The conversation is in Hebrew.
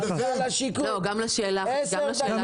גם לשאלה שלי.